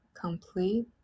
complete